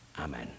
Amen